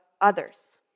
others